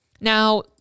Now